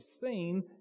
seen